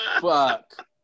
Fuck